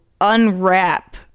unwrap